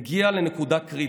מגיע לנקודה קריטית.